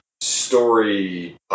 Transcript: story